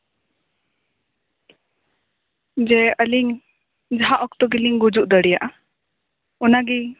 ᱡᱮ ᱟᱹᱞᱤᱧ ᱡᱟᱦᱟᱸ ᱚᱠᱛᱚ ᱜᱮᱞᱤᱧ ᱜᱩᱡᱩᱜ ᱫᱟᱲᱮᱭᱟᱜᱼᱟ ᱚᱱᱟᱜᱮ